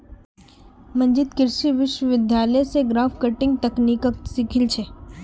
मंजीत कृषि विश्वविद्यालय स ग्राफ्टिंग तकनीकक सीखिल छ